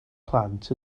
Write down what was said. plant